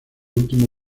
último